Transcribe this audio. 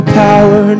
power